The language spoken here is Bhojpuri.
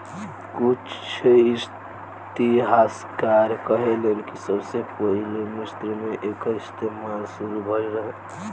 कुछ इतिहासकार कहेलेन कि सबसे पहिले मिस्र मे एकर इस्तमाल शुरू भईल रहे